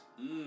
Mmm